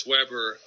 Weber